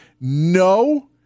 No